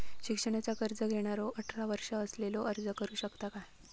शिक्षणाचा कर्ज घेणारो अठरा वर्ष असलेलो अर्ज करू शकता काय?